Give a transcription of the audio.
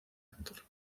actor